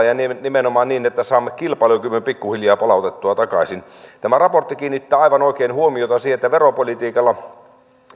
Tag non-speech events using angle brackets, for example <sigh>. <unintelligible> ja nimenomaan niin että saamme kilpailukyvyn pikkuhiljaa palautettua takaisin tämä raportti kiinnittää aivan oikein huomiota siihen että veropolitiikalla